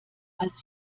als